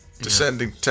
Descending